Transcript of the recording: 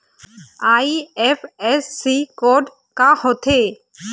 IFSC code का होथे?